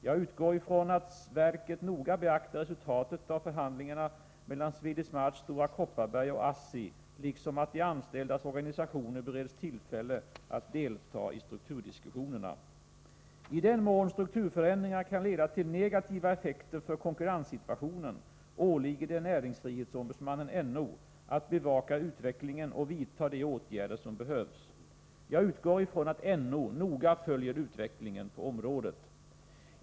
Jag utgår ifrån att verket noga beaktar resultatet av förhandlingarna mellan Swedish Match, Stora Kopparberg och ASSI liksom att de anställdas organisationer bereds tillfälle delta i strukturdiskussionerna. I den mån strukturförändringar kan leda till negativa effekter för konkurrenssituationen åligger det Näringsfrihetsombudsmannen att bevaka utvecklingen och vidta de åtgärder som behövs. Jag utgår ifrån att NO noga följer utvecklingen på området.